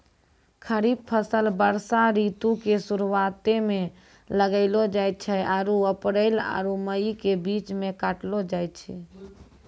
खरीफ फसल वर्षा ऋतु के शुरुआते मे लगैलो जाय छै आरु अप्रैल आरु मई के बीच मे काटलो जाय छै